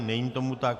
Není tomu tak.